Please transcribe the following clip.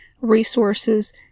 resources